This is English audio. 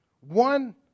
one